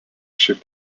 šiek